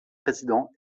président